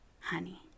honey